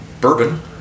bourbon